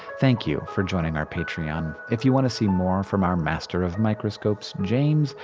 thank you for joining our patreon. if you want to see more from our master of microscopes james,